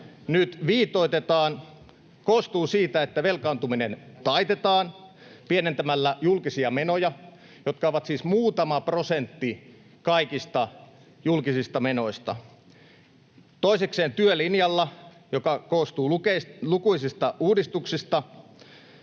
nyt viitoitetaan, koostuu siitä, että velkaantuminen taitetaan pienentämällä julkisia menoja, jotka ovat siis muutama prosentti kaikista julkisista menoista, ja toisekseen työlinjalla, joka koostuu lukuisista uudistuksista: